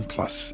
Plus